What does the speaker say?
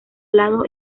lados